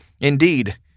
Indeed